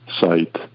site